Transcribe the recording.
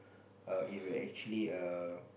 err it will actually err